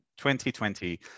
2020